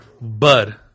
bud